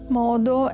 modo